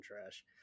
trash